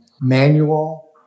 manual